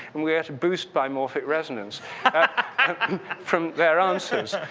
and we had to boost by morphic resonance from their answers.